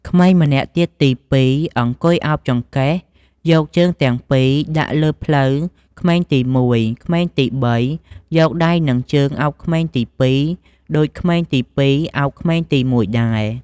ក្មេងម្នាក់ទៀតទី២ អង្គុយ ឱបចង្កេះយកជើងទាំងពីរដាក់លើភ្លៅក្មេងទី១ ក្មេងទី៣ យកដៃនឹងជើងឱបក្មេងទី២ ដូចក្មេងទី២ ឱបក្មេងទី១ ដែរ។